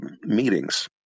meetings